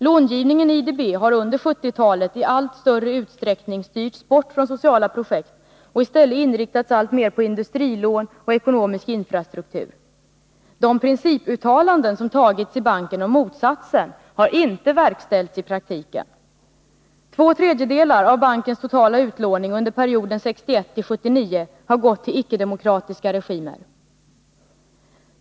Långivningen har under 1970-talet i allt större utsträckning styrts bort från sociala projekt och i stället alltmer inriktats på industrilån och ekonomisk infrastruktur. De principuttalanden om motsatsen som antagits i banken har inte verkställts i praktiken. Två tredjedelar av bankens totala utlåning under perioden 1961-1979 har gått till icke-demokratiska regimer.